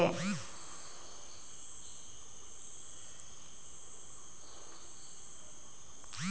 ಹಲಸಿನ ಹಣ್ಣನ್ನು ಸಾಮಾನ್ಯವಾಗಿ ದಕ್ಷಿಣ ಮತ್ತು ಆಗ್ನೇಯ ಏಷ್ಯಾದ ಪಾಕ ಪದ್ಧತಿಗಳಲ್ಲಿ ಬಳಸಲಾಗುತ್ತದೆ